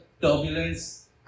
turbulence